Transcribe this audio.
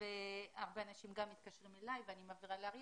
אז אני מניחה שמי שפתח תיקי עליה,